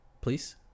please